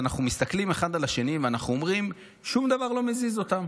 ואנחנו מסתכלים אחד על השני ואנחנו אומרים: שום דבר לא מזיז אותם,